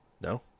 No